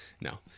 No